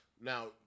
Now